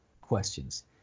questions